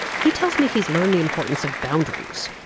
he tells me he's learned the importance of boundaries.